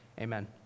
Amen